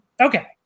Okay